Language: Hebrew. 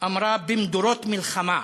אמרה ב"במדורות מלחמה".